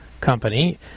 Company